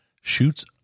shoots